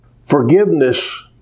forgiveness